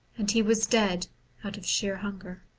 and he was dead out of sheer hunger.